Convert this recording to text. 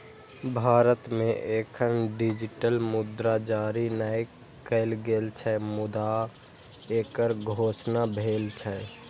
भारत मे एखन डिजिटल मुद्रा जारी नै कैल गेल छै, मुदा एकर घोषणा भेल छै